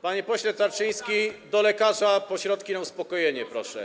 Panie pośle Tarczyński, do lekarza po środki na uspokojenie, proszę.